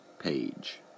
Page